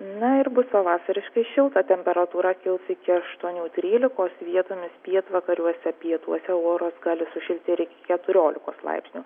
na ir bus pavasariškai šilta temperatūra kils iki aštuonių trylikos vietomis pietvakariuose pietuose oras gali sušilti ir iki keturiolikos laipsnių